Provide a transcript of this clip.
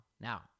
Now